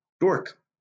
dork